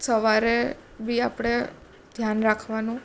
સવારે બી આપણે ધ્યાન રાખવાનું